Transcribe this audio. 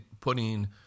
putting